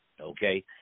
okay